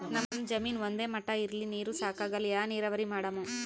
ನಮ್ ಜಮೀನ ಒಂದೇ ಮಟಾ ಇಲ್ರಿ, ನೀರೂ ಸಾಕಾಗಲ್ಲ, ಯಾ ನೀರಾವರಿ ಮಾಡಮು?